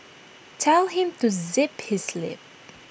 tell him to zip his lip